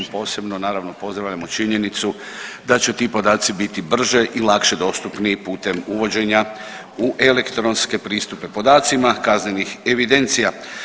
Posebno naravno pozdravljamo činjenicu da će ti podaci biti brže i lakše dostupni putem uvođenja u elektronske pristupe podacima kaznenih evidencija.